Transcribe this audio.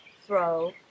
throw